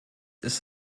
ist